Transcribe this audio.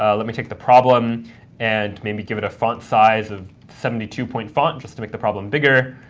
ah let me take the problem and maybe give it a font size of seventy two point font just to make the problem bigger.